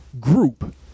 group